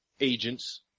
agents